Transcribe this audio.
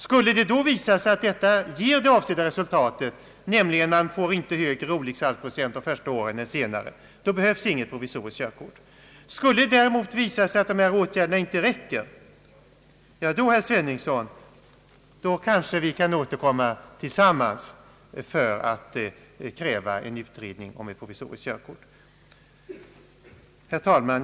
Skulle det visa sig, att detta ger det avsedda resultatet, nämligen att vi inte får högre olycksfallsprocent under de första åren än under de senare, behövs inte något provisoriskt körkort. Skulle det däremot visa sig att dessa åtgärder inte räcker, kan kanske herr Sveningsson och jag återkomma tillsammans för att kräva en utredning om ett provisoriskt körkort. Herr talman!